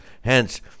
Hence